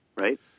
right